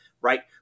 right